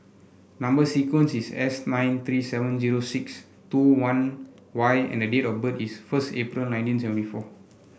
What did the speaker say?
number sequence is S nine three seven zero six two one Y and date of birth is first April nineteen seventy four